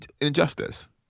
injustice